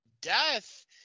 death